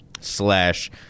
Slash